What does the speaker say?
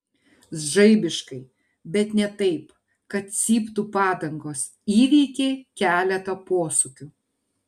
žaibiškai bet ne taip kad cyptų padangos įveikė keletą posūkių